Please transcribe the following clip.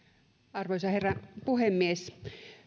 arvoisa herra puhemies